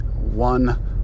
one